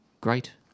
great